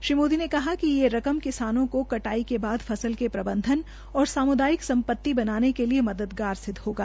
श्री मोदी ने कहा कि ये रकम किसानों को कटाई के बाद फसल के प्रबंधन और सामुदायिक सम्पति बनाने के लिए मददगार सिद्ध होगा